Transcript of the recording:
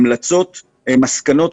מסקנות